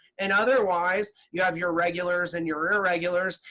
and otherwise, you have your regulars and your irregulars.